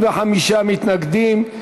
55 מתנגדים,